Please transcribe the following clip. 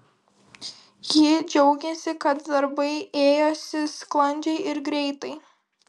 ji džiaugiasi kad darbai ėjosi sklandžiai ir greitai